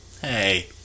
Hey